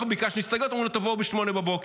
אנחנו ביקשנו הסתייגויות, אמרו: תבואו ב-08:00.